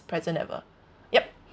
present ever yup